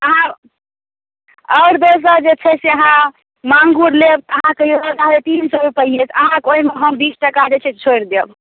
अहाँ आओर दोसर जे छै से अहाँ माँगुर लेब तऽ अहाँके ईहो साढ़े तीन सए रूपए तऽ अहाँके ओहिमे हम बीस टका जे छै छोड़ि देब